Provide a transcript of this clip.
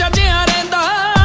down and